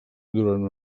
durant